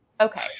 Okay